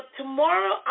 tomorrow